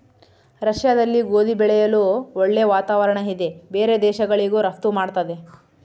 ರಷ್ಯಾದಲ್ಲಿ ಗೋಧಿ ಬೆಳೆಯಲು ಒಳ್ಳೆ ವಾತಾವರಣ ಇದೆ ಬೇರೆ ದೇಶಗಳಿಗೂ ರಫ್ತು ಮಾಡ್ತದೆ